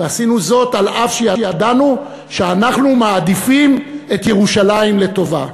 ועשינו זאת אף שידענו שאנחנו מעדיפים את ירושלים לטובה.